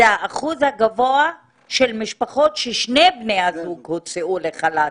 זה האחוז הגבוה של משפחות שבהן שני בני הזוג הוצאו לחל"ת.